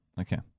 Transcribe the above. Okay